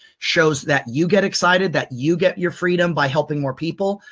shows that you get excited, that you get your freedom by helping more people,